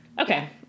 Okay